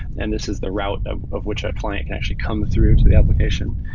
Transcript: and this is the route of of which a client can actually come through to the application.